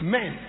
Men